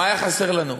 מה היה חסר לנו?